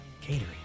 Catering